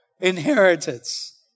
inheritance